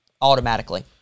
Automatically